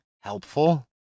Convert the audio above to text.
helpful